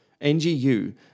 NGU